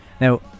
Now